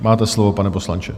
Máte slovo, pane poslanče.